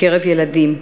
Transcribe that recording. בקרב ילדים.